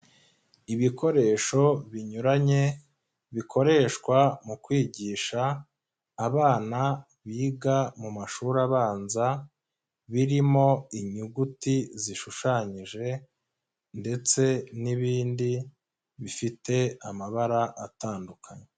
Ibikoresho binyuranye, bikoreshwa mu kwigisha abana biga mu mashuri abanza, birimo inyuguti zishushanyije ndetse n'ibindi bifite amabara atandukanye.